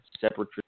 separate